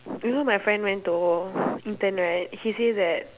you know my friend went to intern right he say that